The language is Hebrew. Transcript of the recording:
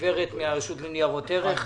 הגברת מהרשות לניירות ערך.